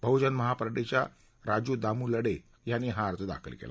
बहुजन महा पार्टीच्या राजू दामू लडे यांनी हा अर्ज दाखल केला